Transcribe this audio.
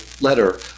letter